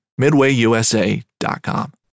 midwayusa.com